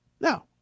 Now